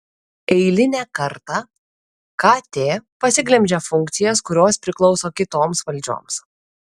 eilinę kartą kt pasiglemžia funkcijas kurios priklauso kitoms valdžioms